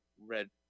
red